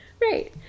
Right